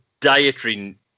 dietary